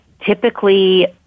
typically